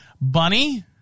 bunny